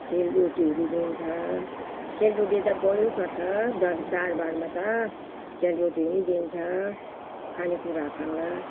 सेलरोटीहरू दिइन्छ सेलरोटी त पोल्नुपर्छ दस चाडबाडमा त सेलरोटी पनि दिइन्छ खानेकुराहरूसँग